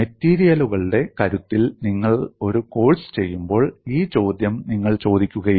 മെറ്റീരിയലുകളുടെ കരുത്തിൽ നിങ്ങൾ ഒരു കോഴ്സ് ചെയ്യുമ്പോൾ ഈ ചോദ്യം നിങ്ങൾ ചോദിക്കുകയില്ല